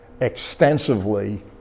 extensively